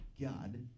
God